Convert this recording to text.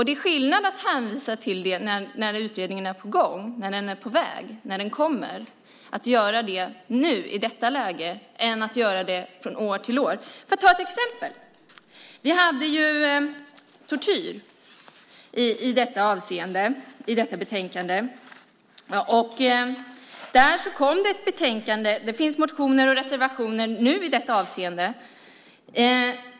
Det är skillnad på att hänvisa till utredningar i ett läge när utredningen är på gång, när vi vet att den kommer och att göra det från år till år. Jag ska ta ett exempel. Vi har frågan om tortyr med i detta betänkande. Där kom ett betänkande tidigare. Det finns motioner och reservationer nu i detta avseende.